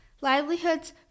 livelihoods